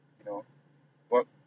you know but